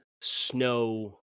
snow